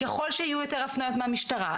ככל שיהיו יותר הפניות מהמשטרה,